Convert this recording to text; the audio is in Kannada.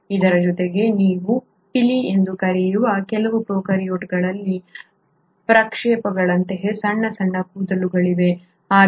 ಇದರ ಜೊತೆಗೆ ನೀವು ಪಿಲಿ ಎಂದು ಕರೆಯುವ ಕೆಲವು ಪ್ರೊಕಾರ್ಯೋಟ್ಗಳಲ್ಲಿ ಪ್ರಕ್ಷೇಪಗಳಂತಹ ಸಣ್ಣ ಸಣ್ಣ ಕೂದಲುಗಳಿವೆ